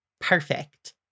Perfect